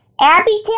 Abby